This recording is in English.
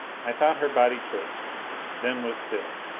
i thought her body twitched then was still.